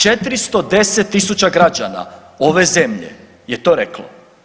410.000 građana ove zemlje je to reklo.